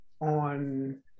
on